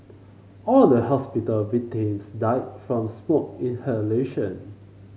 all the hospital victims died from smoke inhalation